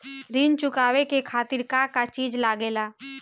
ऋण चुकावे के खातिर का का चिज लागेला?